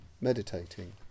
meditating